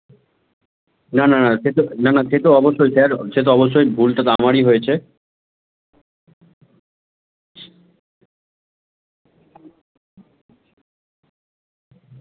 না না না সে তো না না সে তো অবশ্যই স্যার সে তো অবশ্যই ভুলটা তো আমারই হয়েছে